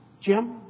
Jim